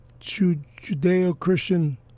Judeo-Christian